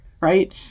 right